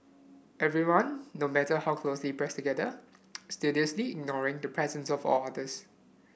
everyone no matter how closely pressed together studiously ignoring the presence of all others